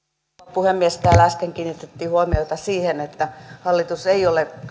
puhemies täällä äsken kiinnitettiin huomiota siihen että hallitus ei ole